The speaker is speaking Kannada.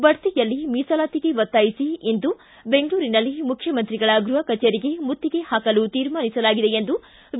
ಬಡ್ತಿಯಲ್ಲಿ ಮೀಸಲಾತಿಗೆ ಒತ್ತಾಯಿಸಿ ಇಂದು ಬೆಂಗಳೂರಿನಲ್ಲಿ ಮುಖ್ಯಮಂತ್ರಿಗಳ ಗೃಹ ಕಚೇರಿಗೆ ಮುತ್ತಿಗೆ ಹಾಕಲು ತೀರ್ಮಾನಿಸಲಾಗಿದೆ ಎಂದು ವಿ